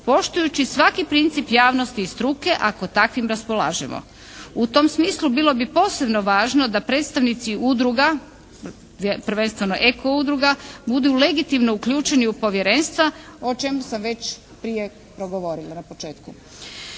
poštujući svaki princip javnosti i struke ako takvim raspolažemo. U tom smislu bilo bi posebno važno da predstavnici udruga, prvenstveno eko udruga budu legitimno uključeni u povjerenstva o čemu sam već prije progovorila na početku.